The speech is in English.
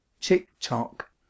tick-tock